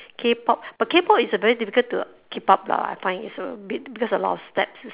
Kpop but Kpop is uh very difficult to keep up lah I find it's abit because a lot of steps you